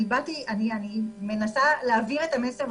אני מנסה להעביר את המסר,